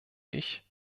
ich